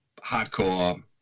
hardcore